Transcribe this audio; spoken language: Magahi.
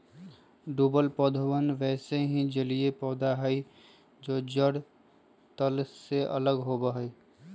डूबल पौधवन वैसे ही जलिय पौधा हई जो जड़ तल से लगल होवा हई